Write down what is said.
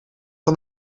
van